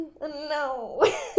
No